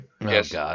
Yes